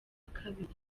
kabiri